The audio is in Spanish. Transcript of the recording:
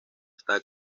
está